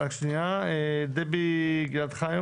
דבי גילד חיו